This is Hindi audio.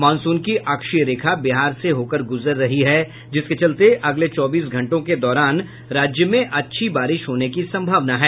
मॉनसून की अक्षीय रेखा बिहार से होकर गुजर रही है जिसके चलते अगले चौबीस घंटों के दौरान राज्य में अच्छी बारिश होने की सम्भावना है